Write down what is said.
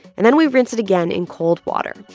and then we rinse it again in cold water.